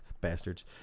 bastards